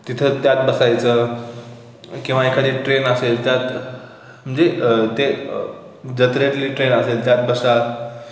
तिथं त्यात बसायचं किंवा एखादी ट्रेन असेल त्यात म्हणजे ते जत्तरेली ट्रेन असेल त्यात बसा